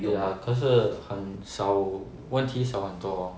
ya 可是很少问题少很多